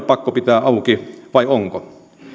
pakko pitää auki vai onko